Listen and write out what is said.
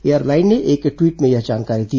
airline ने एक tweet में यह जानकारी दी